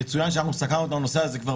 יצוין שאנחנו סקרנו את הנושא הזה כבר